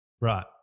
Right